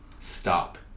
stop